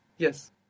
Yes